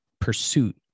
pursuit